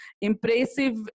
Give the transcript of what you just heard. Impressive